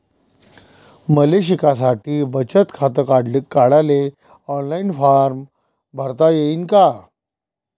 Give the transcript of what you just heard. मले शिकासाठी बचत खात काढाले ऑनलाईन फारम भरता येईन का?